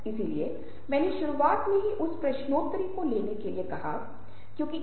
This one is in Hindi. इसलिए किसी ने कहा है कि प्रेरणा ही सब कुछ है और लोगों को प्रेरित करने का एकमात्र तरीका उनके साथ संवाद करना है